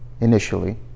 initially